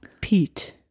Pete